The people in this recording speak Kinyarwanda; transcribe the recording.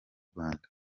rwanda